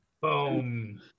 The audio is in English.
boom